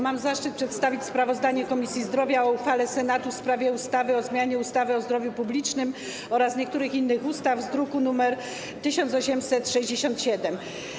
Mam zaszczyt przedstawić sprawozdanie Komisji Zdrowia o uchwale Senatu w sprawie ustawy o zmianie ustawy o zdrowiu publicznym oraz niektórych innych ustaw, druk nr 1867.